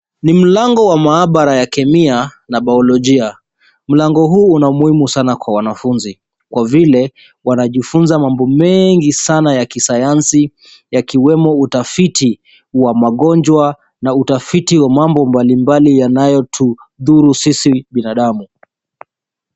Ni mlango wa maabara ya kemia na bayolojia. Mlango huu una umuhumu sana kwa wanafunzi, kwa vile wanajifunza mabo mengi ya kisayansi yakiwemo utafiti wa magonjwa na utafiti mambo mbalimbali yanaoyotudhuru sisi binadamu.